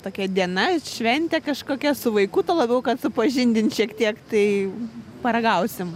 tokia diena šventė kažkokia su vaiku tuo labiau kad supažindint šiek tiek tai paragausim